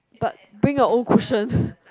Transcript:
but bring your own cushion